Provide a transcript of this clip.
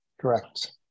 Correct